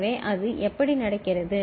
எனவே அது எப்படி நடக்கிறது